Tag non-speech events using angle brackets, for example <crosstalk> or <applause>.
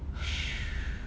<noise>